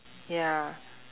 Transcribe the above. ya